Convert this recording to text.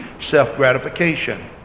self-gratification